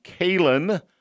Kalen